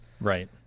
Right